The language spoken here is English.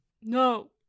No